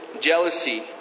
jealousy